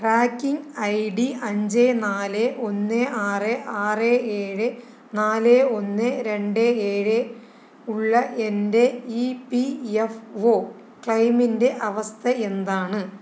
tracking ID അഞ്ച് നാല് ഒന്ന് ആറ് ആറ് ഏഴ് നാല് ഒന്ന് രണ്ട് ഏഴ് ഉള്ള എൻ്റെ ഇപിഎഫ്ഒ ക്ലെയിമിൻ്റെ അവസ്ഥ എന്താണ്